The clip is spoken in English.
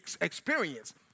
experience